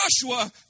Joshua